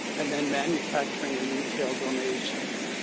and then manufacturing and retail donations.